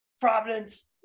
Providence